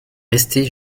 restée